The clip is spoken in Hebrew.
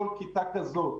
כל כיתה כזאת